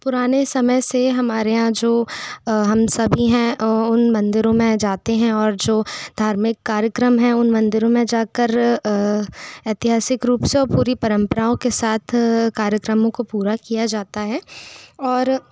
पुराने समय से हमारे यहाँ जो हम सभी हैं उन मंदिरों में जाते हैं और जो धार्मिक कार्यक्रम हैं उन मंदिरों में जाकर ऐतिहासिक रूप से और पूरी परम्पराओं के साथ कार्यक्रमों को पूरा किया जाता है और